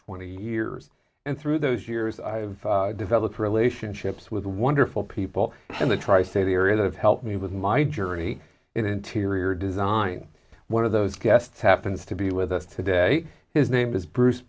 twenty years and through those years i've developed relationships with wonderful people in the tri state area that have helped me with my journey in interior design one of those guests happens to be with us today his name is bruce